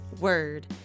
Word